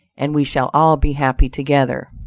and we shall all be happy together.